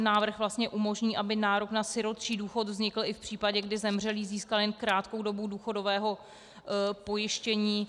Návrh vlastně umožní, aby nárok na sirotčí důchod vznikl i v případě, kdy zemřelý získal jen krátkou dobu důchodové pojištění.